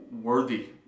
worthy